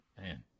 Man